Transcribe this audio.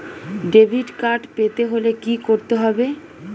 Debit card পেতে হলে কি করতে হবে?